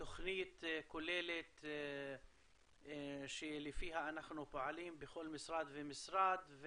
תוכנית כוללת שלפיה אנחנו פועלים בכל משרד ומשרד.